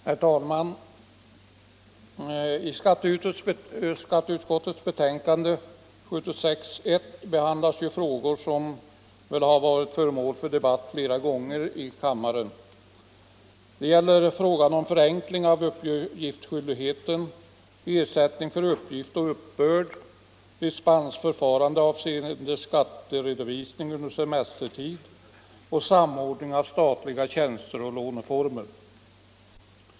Herr talman! Vid skatteutskottets betänkande 1975/76:1 behandlas frågor som varit föremål för debatt flera gånger här i kammaren. Det gäller förenkling av uppgiftsskyldigheten, ersättning för uppgift och uppbörd, dispensförfarande avseende skatteredovisning under semestertid och samordning av statliga tjänster och låneformer.